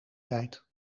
tijd